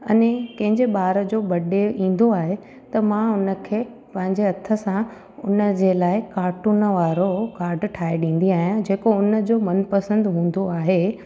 अने कंहिंजे ॿार जो बडे ईंदो आहे त मां हुनखे पंहिंजे हथ सां हुनजे लाइ काटून वारो काड ठाहे ॾींदी आहियां जेको हुनजो मनपसंदि हूंदो आहे